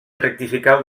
rectifiqueu